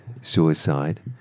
suicide